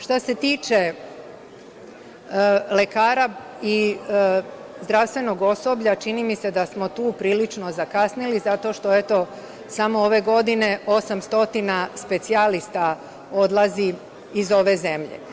Što se tiče lekara i zdravstvenog osoblja, čini mi se da smo tu prilično zakasnili, zato što, eto, samo ove godine 800 specijalista odlazi iz ove zemlje.